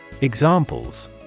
Examples